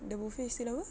the buffet is still apa